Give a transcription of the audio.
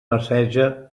marceja